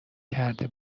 کرده